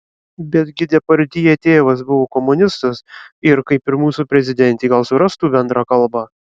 bet gi depardjė tėvas buvo komunistas ir kaip ir mūsų prezidentė gal surastų bendrą kalbą